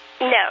No